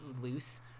loose